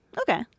Okay